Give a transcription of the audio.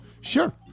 Sure